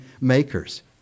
makers